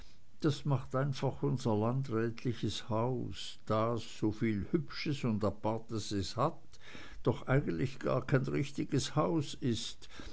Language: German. das macht einfach unser landrätliches haus das soviel hübsches und apartes es hat doch eigentlich gar kein richtiges haus ist